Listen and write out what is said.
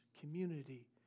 community